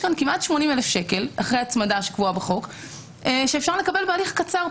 יש פה כמעט 80,000 שקל אחרי הצמדה שקבועה בחוק שאפשר לקבל בהליך קצר,